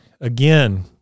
Again